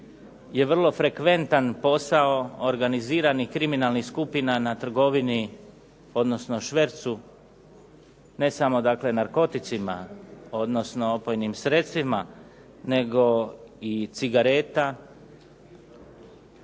je vrlo frekventan posao organiziranih kriminalnih skupina na trgovini, odnosno švercu ne samo dakle narkoticima, odnosno opojnim sredstvima, nego i cigareta,